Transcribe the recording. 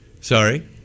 Sorry